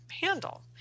handle